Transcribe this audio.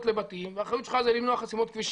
לבתים והאחריות שלך זה למנוע חסימות כבישים.